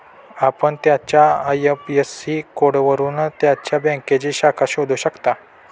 आपण त्याच्या आय.एफ.एस.सी कोडवरून त्याच्या बँकेची शाखा शोधू शकता